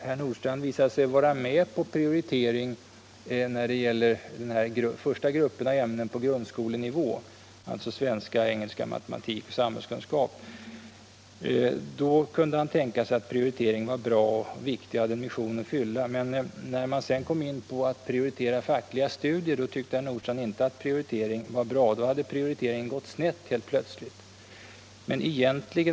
Herr Nordstrandh visade sig vara med på prioritering när det gäller den första gruppen av ämnen på grundskolenivå, alltså svenska, engelska, matematik och samhällskunskap. Då kunde han tänka sig att prioritering var bra och viktig och hade en mission att fylla. I fråga om fackliga studier tyckte herr Nordstrandh däremot att prioritering inte var bra — då hade den plötsligt gått snett.